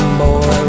boy